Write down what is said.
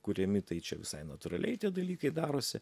kuriami tai čia visai natūraliai tie dalykai darosi